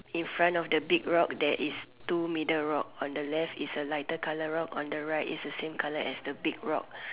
in front of the big rock there is two middle rock on the left is a lighter colour rock on the right is the same colour as the big rock